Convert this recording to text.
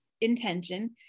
intention